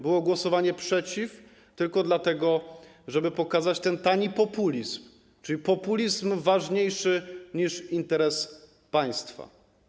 Było głosowanie przeciw, tylko dlatego, żeby pokazać tani populizm, czyli populizm ważniejszy niż interes państwa.